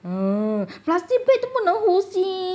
oh plastic bag 都不能呼吸